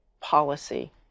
policy